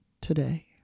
today